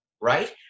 right